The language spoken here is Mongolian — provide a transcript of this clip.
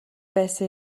байсан